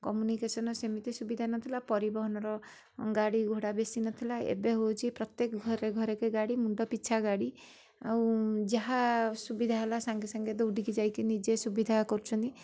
communication ସେମିତି ସୁବିଧା ନଥିଲା ପରିବହନର ଗାଡ଼ିଘୋଡ଼ା ବେଶୀ ନଥିଲା ଏବେ ହଉଛି ପ୍ରତ୍ଯେକ ଘରେ ଘରେକେ ଗାଡ଼ି ମୁଣ୍ଡପିଛା ଗାଡ଼ି ଆଉ ଯାହା ସୁବିଧା ହେଲା ସାଙ୍ଗେସାଙ୍ଗେ ଦୌଡ଼ିକିଯାଇକି ନିଜେ ସୁବିଧା କରୁଛନ୍ତି